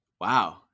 Wow